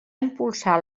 impulsar